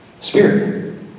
spirit